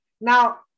Now